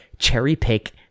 cherry-pick